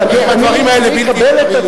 הדברים האלה בלתי קבילים.